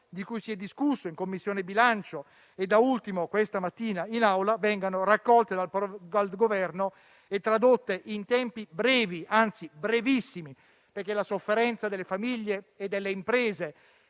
di cui si è discusso in Commissione bilancio e, da ultimo, questa mattina in Assemblea, vengano raccolte dal Governo e tradotte in tempi brevi, anzi brevissimi, perché la sofferenza delle famiglie e delle imprese